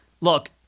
look